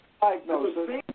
diagnosis